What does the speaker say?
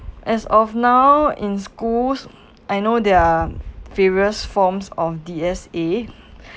as of now in schools I know there are various forms of D_S_A